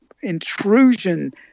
intrusion